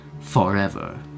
forever